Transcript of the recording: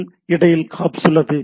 மற்றும் இடையில் ஹாப்ஸ் உள்ளன